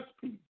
peace